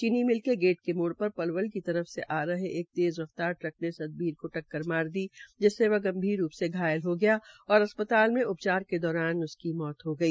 चीनी मिल के गेट के मोड़ पर पलवल की तरफ से आ रहे एक तेज़ रफ्तार ट्रक ने सतबीर को टक्कर मार दी जिसमें वह गंभीर रूप से घायल हो गया और अस्पताल में उपचार के दौरान उसकी मौत हो गई